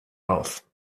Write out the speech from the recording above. auf